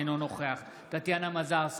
אינו נוכח טטיאנה מזרסקי,